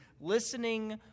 listening